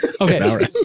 Okay